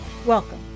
Welcome